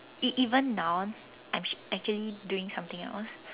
even even now I'm actually doing something else